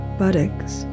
buttocks